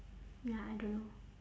ya I don't know